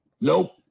Nope